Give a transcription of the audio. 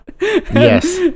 Yes